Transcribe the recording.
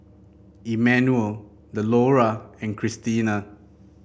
Emanuel Delora and Krystina